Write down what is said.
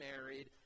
married